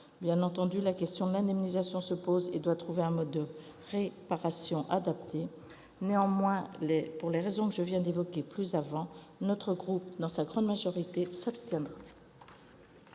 Bien entendu, la question de l'indemnisation se pose et doit trouver un mode de réparation adapté. Néanmoins, pour les raisons que je viens d'évoquer, notre groupe, dans sa grande majorité, s'abstiendra.